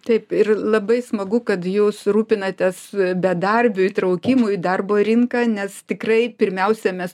taip ir labai smagu kad jūs rūpinatės bedarbių įtraukimui į darbo rinką nes tikrai pirmiausia mes